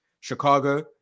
Chicago